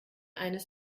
eines